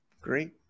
great